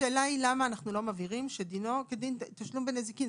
השאלה למה לא להבהיר שדינו כדין תשלום בנזיקין.